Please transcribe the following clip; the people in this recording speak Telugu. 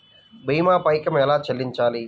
భీమా పైకం ఎలా చెల్లించాలి?